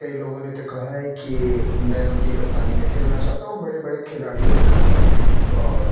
کئی لوگوں نے تو کہا ہے کہ میں ان کی کپتانی میں کھیلنا چاہتا ہوں بڑے بڑے کھلاڑیوں نے کہا ہے اور